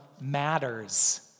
matters